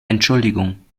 entschuldigung